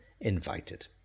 invited